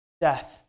death